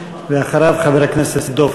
ואחריו חבר הכנסת דב